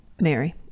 Mary